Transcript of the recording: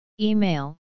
Email